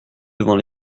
devant